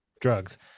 drugs